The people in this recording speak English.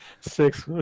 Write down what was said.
Six